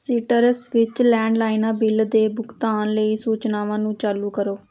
ਸੀਟਰਸ ਵਿੱਚ ਲੈਂਡਲਾਈਨਾ ਬਿੱਲ ਦੇ ਭੁਗਤਾਨ ਲਈ ਸੂਚਨਾਵਾਂ ਨੂੰ ਚਾਲੂ ਕਰੋ